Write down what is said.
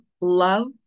love